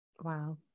Wow